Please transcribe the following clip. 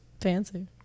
fancy